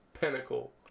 Pinnacle